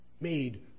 made